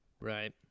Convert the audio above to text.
right